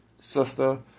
sister